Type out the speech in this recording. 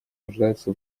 нуждается